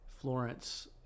Florence